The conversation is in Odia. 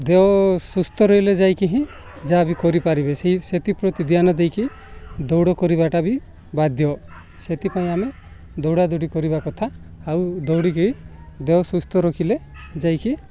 ଦେହ ସୁସ୍ଥ ରହିଲେ ଯାଇକି ହିଁ ଯାହା ବି କରିପାରିବେ ସେଇ ସେଥିପ୍ରତି ଧ୍ୟାନ ଦେଇକି ଦୌଡ଼ କରିବାଟା ବି ବାଧ୍ୟ୍ୟ ସେଥିପାଇଁ ଆମେ ଦୌଡ଼ାଦୌଡ଼ି କରିବା କଥା ଆଉ ଦୌଡ଼ିକି ଦେହ ସୁସ୍ଥ ରଖିଲେ ଯାଇକି